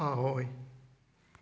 ꯑꯍꯣꯏ